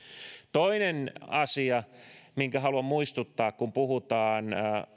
toinen asia mistä haluan muistuttaa kun puhutaan